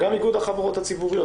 גם איגוד החברות הציבוריות,